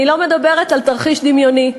ואני לא מדברת על תרחיש דמיוני.